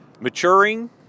Maturing